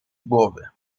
głowy